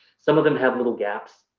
some of them have little gaps,